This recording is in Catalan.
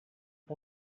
que